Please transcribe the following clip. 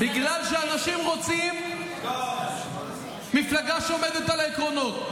בגלל שאנשים רוצים מפלגה שעומדת על העקרונות.